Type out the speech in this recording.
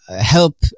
help